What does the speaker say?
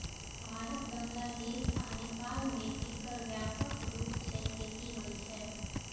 भारत, बांग्लादेश आ नेपाल मे एकर व्यापक रूप सं खेती होइ छै